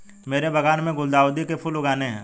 मेरे बागान में गुलदाउदी के फूल लगाने हैं